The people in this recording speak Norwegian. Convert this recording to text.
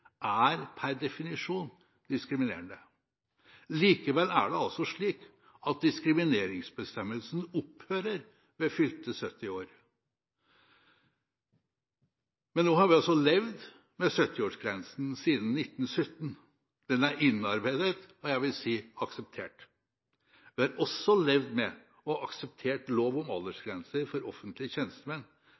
er per definisjon diskriminerende. Likevel er det slik at diskrimineringsbestemmelsen opphører ved fylte 70 år. Nå har vi altså levd med 70-årsgrensen siden 1917. Den er innarbeidet og – vil jeg si – akseptert. Vi har også levd med og akseptert lov om aldersgrenser for offentlige tjenestemenn,